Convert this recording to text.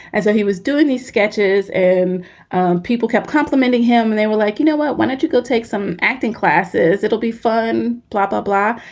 and so he was doing these sketches and people kept complimenting him and they were like, you know what? i wanted to go take some acting classes. it'll be fun, blah, blah, blah.